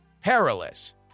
perilous